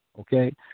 Okay